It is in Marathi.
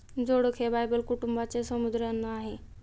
जोडक हे बायबल कुटुंबाचे समुद्री अन्न आहे